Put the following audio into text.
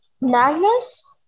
Magnus